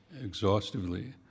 exhaustively